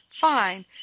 Fine